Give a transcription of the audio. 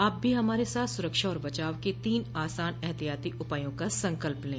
आप भी हमारे साथ सुरक्षा और बचाव के तीन आसान एहतियाती उपायों का संकल्प लें